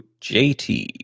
JT